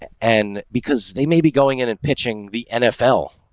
and because they may be going in and pitching the nfl.